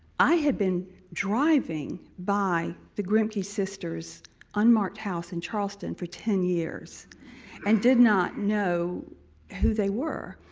i had been driving by the grimke sisters' unmarked house in charleston for ten years and did not know who they were.